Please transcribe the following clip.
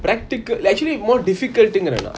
practical actually more difficult thing right or not